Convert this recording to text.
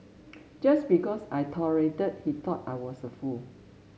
just because I tolerated he thought I was a fool